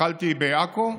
התחלתי בעכו,